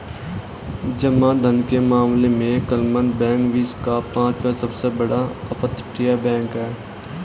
जमा धन के मामले में क्लमन बैंक विश्व का पांचवा सबसे बड़ा अपतटीय बैंक है